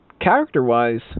Character-wise